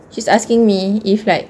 she's asking me if like